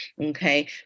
okay